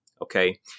Okay